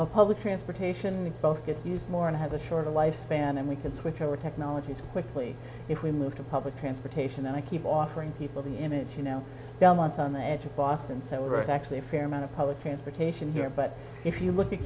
public transportation both gets used more and has a shorter life span and we can switch over technologies quickly if we move to public transportation and i keep offering people the image you know belmont's on the edge of boston so it's actually a fair amount of public transportation here but if you look at